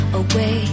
away